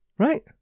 Right